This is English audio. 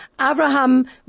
Abraham